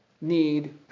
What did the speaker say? need